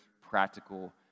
practical